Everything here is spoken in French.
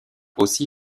aussi